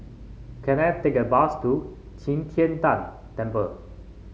can I take a bus to Qi Tian Tan Temple